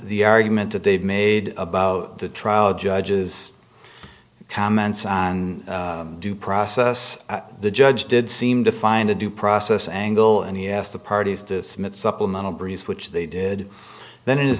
the argument that they've made about the trial judges comments on due process the judge did seem to find a due process angle and he asked the parties dismissed supplemental breeze which they did then it is